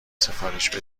سفارش